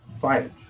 fight